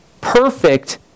perfect